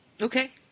Okay